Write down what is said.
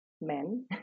men